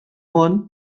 món